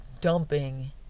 dumping